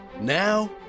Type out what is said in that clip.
Now